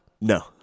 No